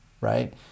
right